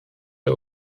der